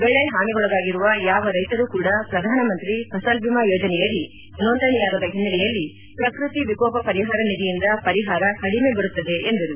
ಬೆಳೆ ಹಾನಿಗೊಳಗಾಗಿರುವ ಯಾವ ರೈತರೂ ಕೂಡ ಶ್ರಧಾನಮಂತ್ರಿ ಫಸಲ್ ಭಿಮಾ ಯೋಜನೆಯಡಿ ನೋದಂಣಿಣಯಾಗದ ಹಿನ್ನಲೆಯಲ್ಲಿ ಪ್ರಕೃತಿ ವಿಕೋಪ ಪರಿಹಾರ ನಿಧಿಯಿಂದ ಪರಿಹಾರ ಕಡಿಮೆ ಬರುತ್ತದೆ ಎಂದರು